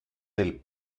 del